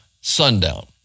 sundown